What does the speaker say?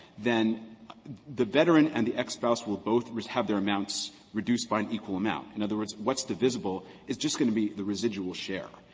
then the veteran and the ex-spouse will both have their amounts reduced by an equal amount in other words, what's divisible is just going to be the residual share.